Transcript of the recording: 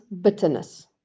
bitterness